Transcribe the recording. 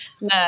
No